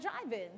driving